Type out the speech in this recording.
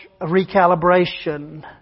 recalibration